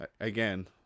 again